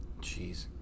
Jeez